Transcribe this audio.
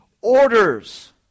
orders